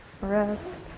Rest